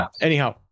anyhow